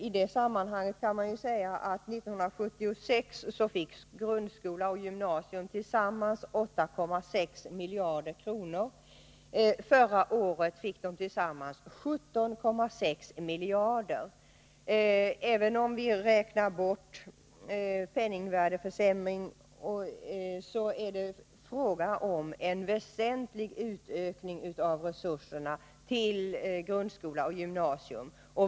I det sammanhanget kan framhållas att grundskola och gymnasium år 1976 fick tillsammans 8,6 miljarder kronor men att de förra året tillsammans fick 17,6 miljarder. Även om vi räknar bort penningvärdeförsämringen är det fråga om en väsentlig utökning av resurserna till grundskola och gymnasium.